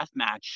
deathmatch